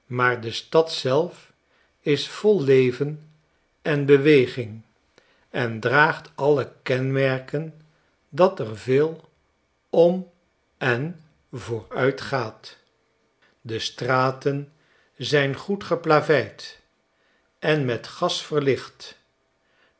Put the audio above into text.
maar de stad zelf is vol leven en beweging en draagt alle kenmerken dat er veel ora en vooruitgaat de straten zijn goed geplaveid en met gas verlicht